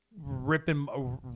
ripping